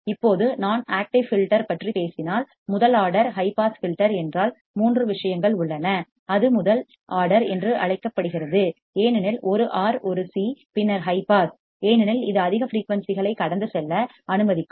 இப்போது நான் active filter பற்றி பேசினால் முதல் ஆர்டர் ஹை பாஸ் ஃபில்டர் என்றால் 3 விஷயங்கள் உள்ளன அது முதல் ஆர்டர் என்று அழைக்கப்படுகிறது ஏனெனில் 1 ஆர் 1 சி பின்னர் ஹை பாஸ் ஏனெனில் இது அதிக ஃபிரீயூன்சிகளை கடந்து செல்ல அனுமதிக்கும்